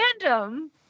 random